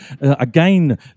again